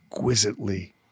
exquisitely